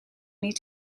need